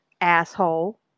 Asshole